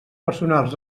personals